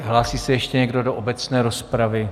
Hlásí se ještě někdo do obecné rozpravy?